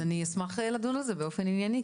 אז אני אשמח לדון על זה באופן ענייני.